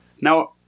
Now